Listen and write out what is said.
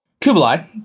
Kublai